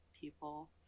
people